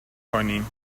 کنیم